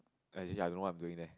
as in I don't know what I'm doing there